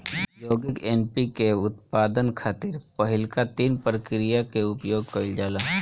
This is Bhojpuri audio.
यौगिक एन.पी.के के उत्पादन खातिर पहिलका तीन प्रक्रिया के उपयोग कईल जाला